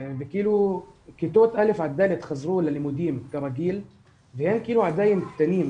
כיתות א'-ד' חזרו ללימודים כרגיל והם עדיין קטנים,